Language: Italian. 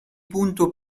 punto